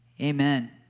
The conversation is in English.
amen